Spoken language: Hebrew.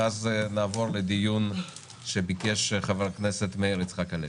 ואז נעבור לדיון שביקש חבר כנסת מאיר יצחק-הלוי.